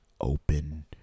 open